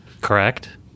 Correct